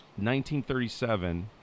1937